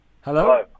Hello